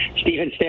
Stephen